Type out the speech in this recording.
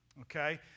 okay